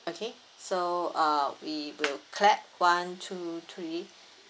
okay so uh we will clap one two three